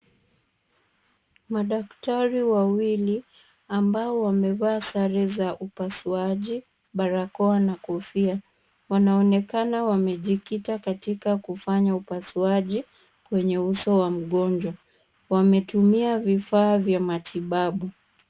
Madaktari wawili ambao wamevaa sare za upasuaji, barakoa na kofia. Wanaonekana wamejikita katika kufanya upasuaji kwenye uso wa mgonjwa. Wametumia vifaa vya matibabu.